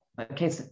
okay